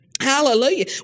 Hallelujah